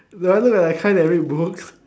do I look like that kind that read books